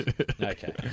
Okay